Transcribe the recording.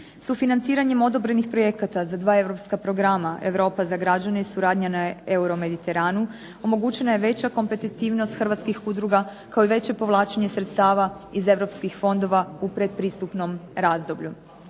Sufinanciranjem odobrenih projekata za 2 europska programa, Europa za građane i suradnja na Euromediteranu, omogućena je veća kompetitivnost hrvatskih udruga kao i veće povlačenje sredstava iz europskih fondova u predpristupnom razdoblju.